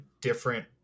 different